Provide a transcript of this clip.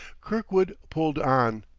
kirkwood pulled on,